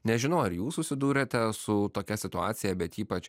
nežinau ar jūs susidūrėte su tokia situacija bet ypač